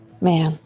Man